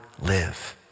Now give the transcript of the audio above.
live